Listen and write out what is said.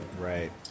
Right